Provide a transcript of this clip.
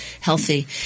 healthy